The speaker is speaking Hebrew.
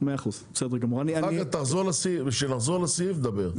אחר כך כשנחזור לסעיף נדבר.